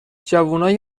جوونای